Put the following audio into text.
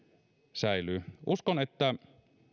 säilyy uskon että